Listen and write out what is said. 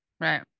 Right